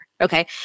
okay